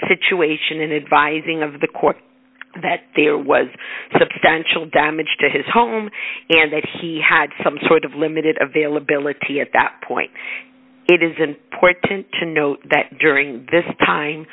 situation and advising of the court that there was substantial damage to his home and that he had some sort of limited availability at that point it is important to note that during this time